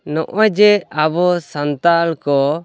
ᱱᱚᱜᱼᱚᱭ ᱡᱮ ᱟᱵᱚ ᱥᱟᱱᱛᱟᱲ ᱠᱚ